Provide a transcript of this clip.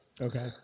Okay